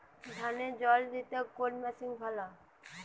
ধানে জল দিতে কোন মেশিন ভালো?